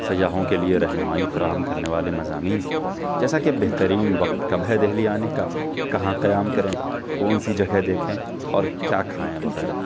سیاحوں کے لیے رہنمائی فراہم کرنے والے مضامین جیسا کہ بہرین وقت کب ہے دہلی آنے کا کہاں قیام کریں کون سی جگہ دیکھیں اور کیا کھائیں وغیرہ